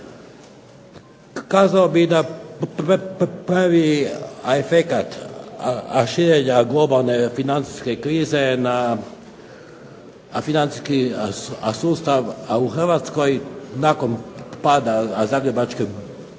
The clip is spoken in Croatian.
Kazao bih da prvi efekat širenja globalne financijske krize je na financijski sustav u Hrvatskoj nakon pada Zagrebačke